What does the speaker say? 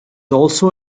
also